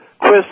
Chris